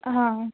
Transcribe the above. آ